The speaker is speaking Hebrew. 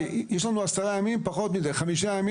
יש לנו 5 ימים, נסתדר.